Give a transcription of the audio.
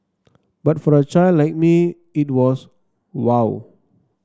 but for a child like me it was wow